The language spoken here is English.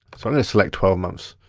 so i'm gonna select twelve months.